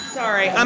sorry